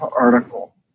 article